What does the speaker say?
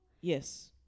Yes